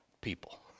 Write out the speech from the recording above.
people